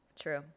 True